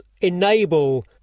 enable